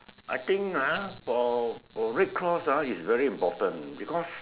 I think ah for red cross ah is very important because